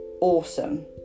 awesome